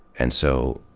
and so,